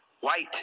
white